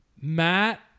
Matt